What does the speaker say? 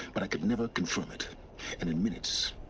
but i could never confirm it. and in minutes.